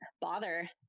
bother